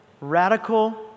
radical